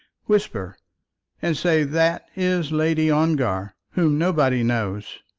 whisper and say that is lady ongar, whom nobody knows.